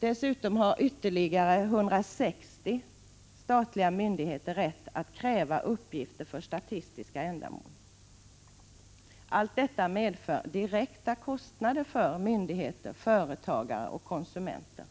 Dessutom har ytterligare 160 statliga myndigheter rätt att kräva uppgifter för statistiska ändamål. Allt detta medför direkta kostnader för myndigheter, företagare och konsumenter.